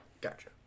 Gotcha